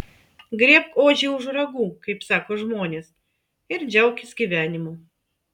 griebk ožį už ragų kaip sako žmonės ir džiaukis gyvenimu